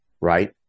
right